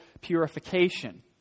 purification